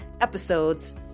episodes